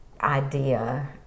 idea